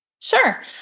Sure